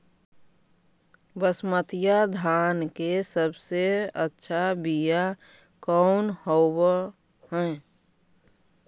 बसमतिया धान के सबसे अच्छा बीया कौन हौब हैं?